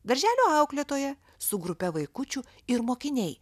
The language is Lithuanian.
darželio auklėtoja su grupe vaikučių ir mokiniai